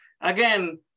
again